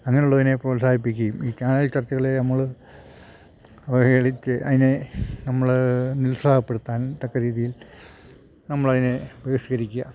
അങ്ങനുള്ളതിനെ പ്രോത്സാഹിപ്പിക്കേം ഈ ചാനൽ ചർച്ചകളെ നമ്മൾ അവഹേളിക്കുക അതിനെ നമ്മൾ നിരുത്സാഹപ്പെടുത്താൻ തക്ക രീതിയിൽ നമ്മൾ അതിനെ ബഹിഷ്കരിക്കുക